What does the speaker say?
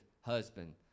husband